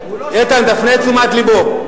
איתן, תפנה את תשומת לבו.